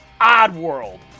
Oddworld